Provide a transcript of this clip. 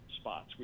spots